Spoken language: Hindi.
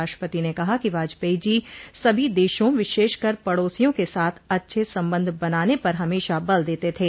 राष्ट्रपति ने कहा कि वाजपेयी जी सभी देशों विशेषकर पडोसियों के साथ अच्छे संबंध बनान पर हमेशा बल देते थे